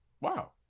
wow